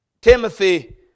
Timothy